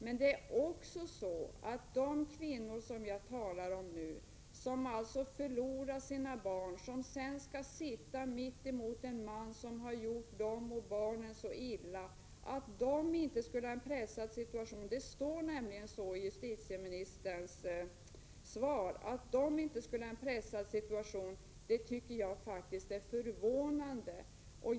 Men de kvinnor som förlorar sina barn och sedan skall sitta mitt emot den man som har gjort dem och barnen så illa befinner sig också i en pressad situation, vilket inte framgår av justitieministerns svar. Jag tycker att en sådan attityd är förvånande.